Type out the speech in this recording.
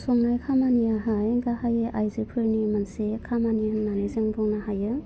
संनाय खामानियाहाय गाहायै आइजोफोरनि मोनसे खामानि होन्नानै जों बुंनो हायो